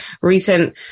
recent